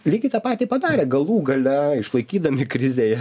lygiai tą patį padarė galų gale išlaikydami krizėje